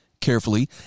carefully